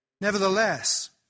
Nevertheless